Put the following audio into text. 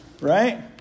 Right